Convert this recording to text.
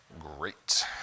Great